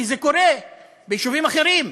כי זה קורה ביישובים אחרים.